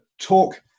talk